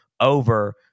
over